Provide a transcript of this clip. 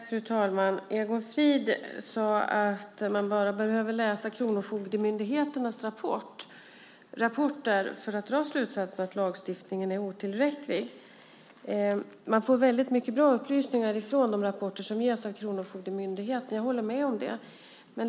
Fru talman! Egon Frid sade att man bara behöver läsa Kronofogdemyndighetens rapporter för att dra slutsatsen att lagstiftningen är otillräcklig. Man får väldigt mycket bra upplysningar från de rapporter som kommer från Kronofogdemyndigheten - jag håller med om det.